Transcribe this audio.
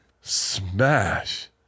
Smash